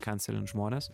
kancelint žmones